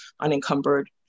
unencumbered